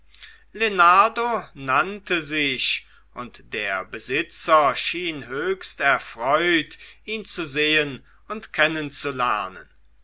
nannte sich und der besitzer schien höchst erfreut ihn zu sehen und